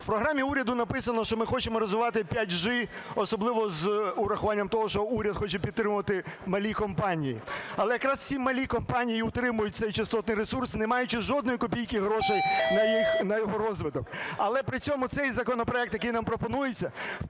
В Програмі уряду написано, що ми хочемо розвивати 5G. Особливо з урахуванням того, що уряд хоче підтримувати малі компанії. Але якраз ці малі компанії і утримують цей частотний ресурс, не маючи жодної копійки грошей на його розвиток. Але при цьому цей законопроект, який нам пропонується,